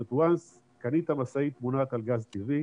זאת אומרת מרגע שקנית משאית מונעת על גז טבעי